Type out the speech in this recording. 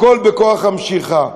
הכול בכוח המשיכה,